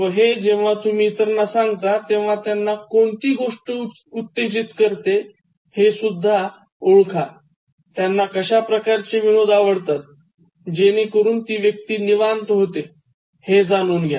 व हे जेव्हा तुम्ही इतरांना सांगता तेव्हा त्यांना कोणती गोष्ट उत्तेजित करते हे सुद्धा ओळखा त्यांना कश्या प्रकारचे विनोद आवडतात जेणेकरून ती व्यक्ती निवांत होते हे जाणून घ्या